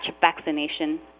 vaccination